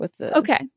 Okay